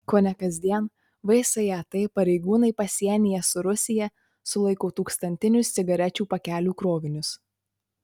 kone kasdien vsat pareigūnai pasienyje su rusija sulaiko tūkstantinius cigarečių pakelių krovinius